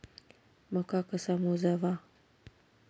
मका कसा मोजावा?